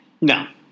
No